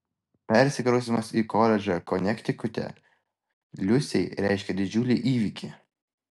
persikraustymas į koledžą konektikute liusei reiškė didžiulį įvykį